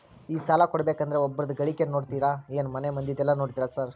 ಈ ಸಾಲ ಕೊಡ್ಬೇಕಂದ್ರೆ ಒಬ್ರದ ಗಳಿಕೆ ನೋಡ್ತೇರಾ ಏನ್ ಮನೆ ಮಂದಿದೆಲ್ಲ ನೋಡ್ತೇರಾ ಸಾರ್?